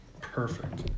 Perfect